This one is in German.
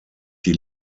die